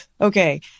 Okay